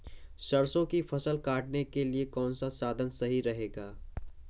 सरसो की फसल काटने के लिए कौन सा साधन सही रहेगा?